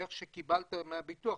איך שקיבלת מהביטוח,